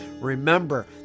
remember